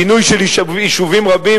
פינוי של יישובים רבים,